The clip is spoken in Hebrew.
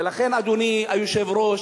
ולכן, אדוני היושב-ראש,